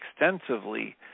extensively